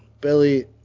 Billy